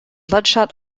bloodshot